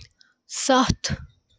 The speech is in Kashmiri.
سَتھ